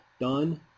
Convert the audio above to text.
done